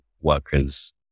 workers